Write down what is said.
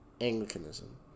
Anglicanism